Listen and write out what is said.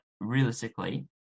realistically